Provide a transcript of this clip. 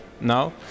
now